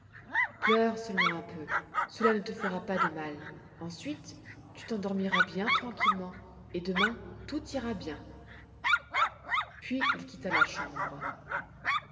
pleure seulement un peu cela ne te fera pas de mal ensuite tu t'endormiras bien tranquillement et demain tout ira bien puis il quitta la chambre